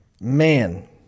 man